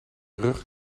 rug